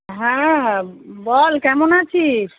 হ্যাঁ বল কেমন আছিস